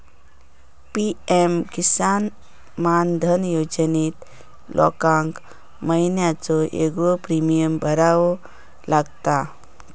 PM Kisan Maandhan योजनेत लोकांका महिन्याचो येगळो प्रीमियम भरावो लागता